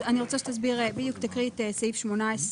אני רוצה שתקריא את סעיף 18,